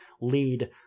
lead